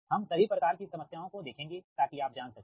हम सभी प्रकार की समस्याओं को देखेंगे ताकि आप जान सकें